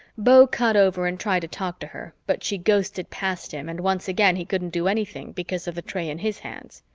beau cut over and tried to talk to her, but she ghosted past him and once again he couldn't do anything because of the tray in his hands.